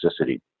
toxicity